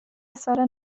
سال